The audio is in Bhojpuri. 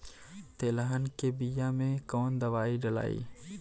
तेलहन के बिया मे कवन दवाई डलाई?